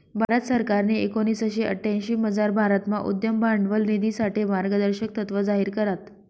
भारत सरकारनी एकोणीशे अठ्यांशीमझार भारतमा उद्यम भांडवल निधीसाठे मार्गदर्शक तत्त्व जाहीर करात